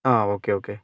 ആ okay okay